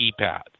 keypad